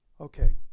Okay